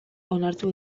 onartu